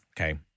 Okay